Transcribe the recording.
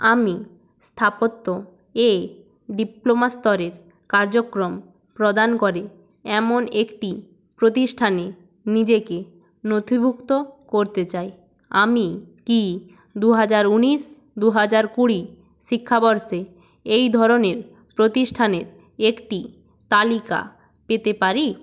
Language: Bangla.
আমি স্থাপত্য এ ডিপ্লোমা স্তরের কার্যক্রম প্রদান করে এমন একটি প্রতিষ্ঠানে নিজেকে নথিভুক্ত করতে চাই আমি কি দু হাজার ঊনিশ দু হাজার কুড়ি শিক্ষাবর্ষে এই ধরনের প্রতিষ্ঠানের একটি তালিকা পেতে পারি